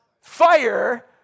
fire